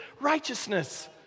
righteousness